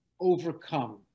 overcome